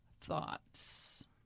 thoughts